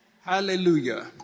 Hallelujah